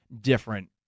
different